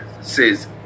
Says